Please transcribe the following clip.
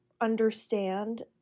understand